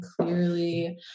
clearly